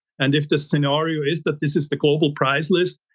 and if the scenario is that this is the global price list,